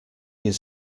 his